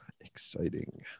exciting